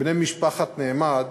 בני משפחת נעמד